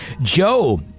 Joe